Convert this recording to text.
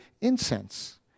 incense